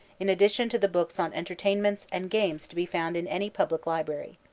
in addition to the books on entertainments and games to be found in any public library.